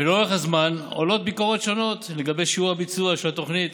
ולאורך הזמן עולות ביקורות שונות לגבי שיעור הביצוע של התוכנית.